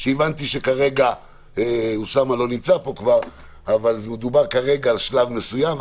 שהבנתי שכרגע מדובר על שלב מסוים,